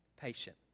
patient